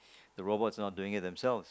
the robot's not doing it themselves